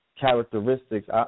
characteristics